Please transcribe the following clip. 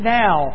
now